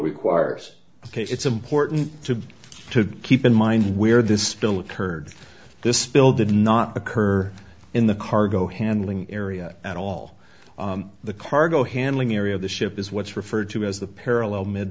requires it's important to to keep in mind where this spill occurred this spill did not occur in the cargo handling area at all the cargo handling area of the ship is what's referred to as the parallel mid